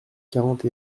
quarante